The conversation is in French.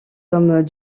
comme